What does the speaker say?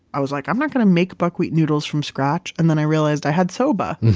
i was like, i'm not going to make buckwheat noodles from scratch. and then i realized i had soba.